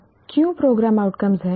अब क्यों program outcomes